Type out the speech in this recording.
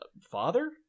Father